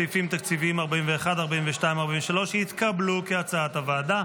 סעיפים תקציביים 41,42, ו-43, כהצעת הוועדה,